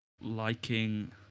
liking